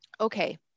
Okay